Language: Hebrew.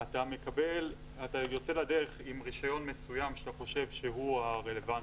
אתה יוצא לדרך עם רישיון מסוים שאתה חושב שהוא הרלוונטי,